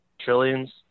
Trillions